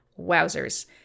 Wowzers